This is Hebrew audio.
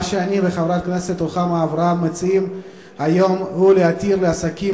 מה שאני וחברת הכנסת רוחמה אברהם מציעים היום הוא להתיר לעסקים